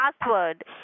password